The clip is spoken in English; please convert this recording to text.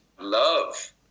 love